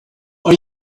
are